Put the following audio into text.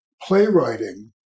playwriting